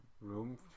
room